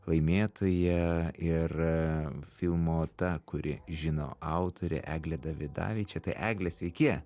laimėtoja ir filmo ta kuri žino autorė eglė davidavičė tai egle sveiki